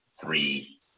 three